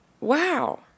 Wow